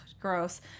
gross